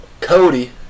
Cody